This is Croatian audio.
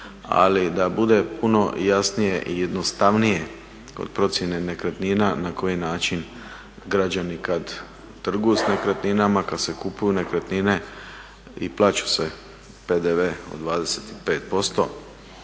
ali da bude puno jasnije i jednostavnije kod procjene nekretnina na koji način građani kad trguju s nekretninama, kad se kupuju nekretnine i plaća se PDV od 25%